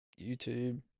youtube